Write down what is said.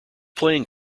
playing